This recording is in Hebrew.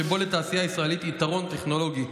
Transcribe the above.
שבו לתעשייה הישראלית יש יתרון טכנולוגי.